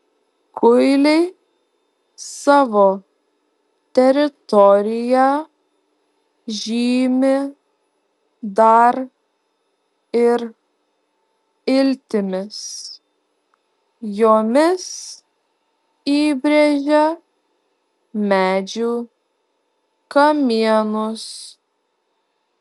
kuiliai savo teritoriją žymi dar ir iltimis jomis įbrėžia medžių kamienus